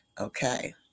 okay